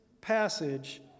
passage